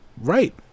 right